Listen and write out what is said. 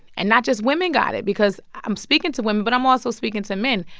and not just women got it because i'm speaking to women, but i'm also speaking to men.